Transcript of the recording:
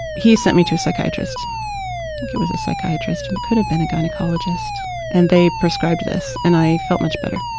he sent me to a psychiatrist. i think it was a psychiatrist. it could have been a gynecologist and they prescribed this and i felt much better.